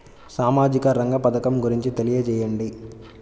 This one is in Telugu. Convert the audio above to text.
సామాజిక రంగ పథకం గురించి తెలియచేయండి?